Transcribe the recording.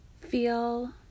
Feel